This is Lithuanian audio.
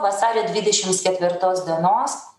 vasario dvidešims ketvirtos dienos